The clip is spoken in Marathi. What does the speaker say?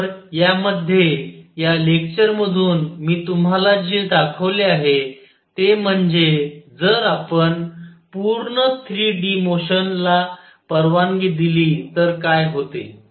तर या मध्ये या लेक्चर मधून मी तुम्हाला जे दाखवले आहे ते म्हणजे जर आपण पूर्ण 3 डी मोशनला परवानगी दिली तर काय होते